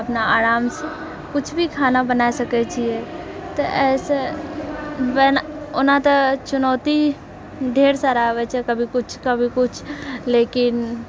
अपना आरामसँ कुछ भी खाना बनै सकैत छियै तऽ एहिसँ ओना तऽ चुनौती ढेर सारा आबैत छै कभी कुछ कभी कुछ लेकिन